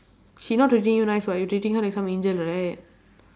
she not treating you nice [what] you treating her like some angel like that